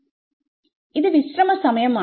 എന്നത് വിശ്രമ സമയം ആണ്